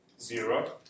Zero